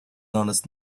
honest